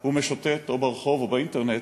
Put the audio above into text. הוא משוטט או ברחוב או באינטרנט,